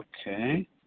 Okay